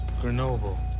Grenoble